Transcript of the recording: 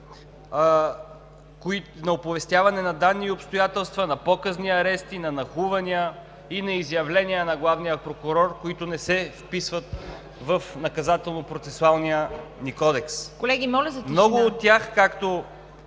на оповестяване на данни и обстоятелства, на показни арести, на нахлувания и на изявления на главния прокурор, които не се вписват в Наказателно-процесуалния кодекс. (Шум и реплики.)